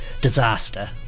disaster